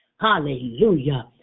Hallelujah